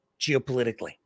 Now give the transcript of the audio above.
geopolitically